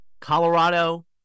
Colorado